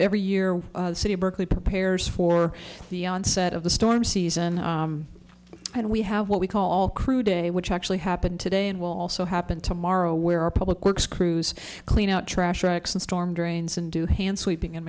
every year the city of berkeley prepares for the onset of the storm season and we have what we call crew day which actually happened today and will also happen tomorrow where our public works crews clean out trash racks and storm drains and do hand sweeping in